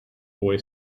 boy